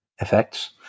effects